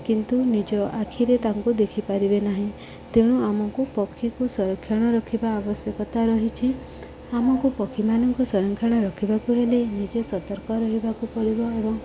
କିନ୍ତୁ ନିଜ ଆଖିରେ ତାଙ୍କୁ ଦେଖିପାରିବେ ନାହିଁ ତେଣୁ ଆମକୁ ପକ୍ଷୀକୁ ସଂରକ୍ଷଣ ରଖିବା ଆବଶ୍ୟକତା ରହିଛି ଆମକୁ ପକ୍ଷୀମାନଙ୍କୁ ସଂରକ୍ଷଣ ରଖିବାକୁ ହେଲେ ନିଜେ ସତର୍କ ରହିବାକୁ ପଡ଼ିବ ଏବଂ